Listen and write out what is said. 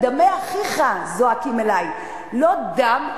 "דמי אחיך צועקים אלי"; לא "דם",